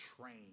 train